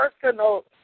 personal